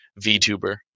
VTuber